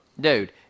dude